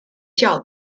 名叫